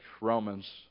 Romans